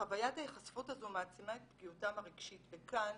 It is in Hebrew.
חווית ההיחשפות הזו מעצימה את פגיעותם הרגשית וכאן